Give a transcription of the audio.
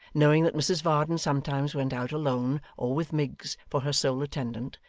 knowing that mrs varden sometimes went out alone, or with miggs for her sole attendant,